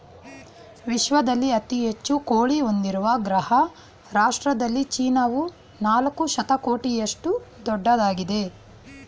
ವಿಶ್ವದಲ್ಲಿ ಅತಿ ಹೆಚ್ಚು ಕೋಳಿ ಹೊಂದಿರುವ ಅಗ್ರ ರಾಷ್ಟ್ರದಲ್ಲಿ ಚೀನಾವು ನಾಲ್ಕು ಶತಕೋಟಿಯಷ್ಟು ದೊಡ್ಡದಾಗಿದೆ